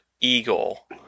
Eagle